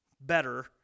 better